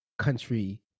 Country